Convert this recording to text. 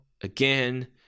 Again